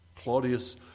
Claudius